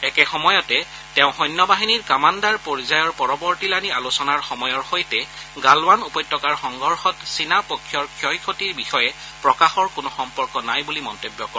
একে সময়তে তেওঁ সৈন্যবাহিনীৰ কামাণ্ডাৰ পৰ্যায়ৰ পৰৱৰ্তীলানি আলোচনাৰ সময়ৰ সৈতে গালৱান উপত্যকাৰ সংঘৰ্ষত চীনা পক্ষৰ ক্ষয়ক্ষতিৰ বিষয়ে প্ৰকাশৰ কোনো সম্পৰ্ক নাই বুলি মন্তব্য কৰে